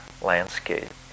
landscape